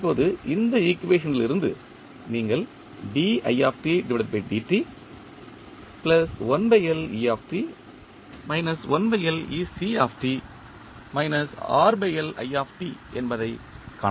இப்போது இந்த ஈக்குவேஷன் லிருந்து நீங்கள் என்பதைக் காணலாம்